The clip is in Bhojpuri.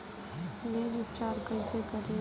बीज उपचार कईसे करी?